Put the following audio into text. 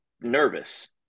nervous